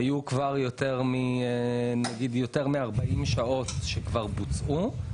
היו כבר יותר מ-40 שעות שבוצעו.